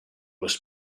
was